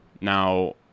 Now